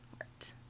Right